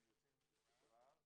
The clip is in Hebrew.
אנחנו כבר יוצאים,